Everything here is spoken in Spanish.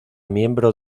miembro